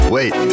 Wait